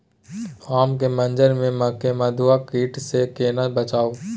आम के मंजर के मधुआ कीट स केना बचाऊ?